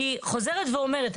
אני חוזרת ואומרת,